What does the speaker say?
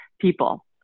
people